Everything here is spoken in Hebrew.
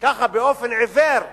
ככה באופן עיוור,